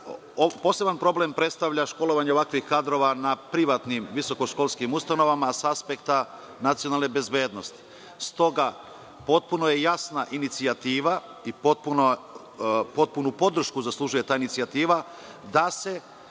odnos. Poseban problem predstavlja školovanje ovakvih kadrova na privatnim visokoškolskim ustanovama sa aspekta nacionalne bezbednosti. Stoga, potpuno je jasna inicijativa i potpunu podršku zaslužuje ta inicijativa, da se